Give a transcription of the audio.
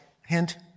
hint